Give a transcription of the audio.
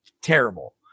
terrible